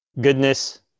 goodness